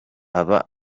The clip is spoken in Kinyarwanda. aba